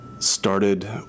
Started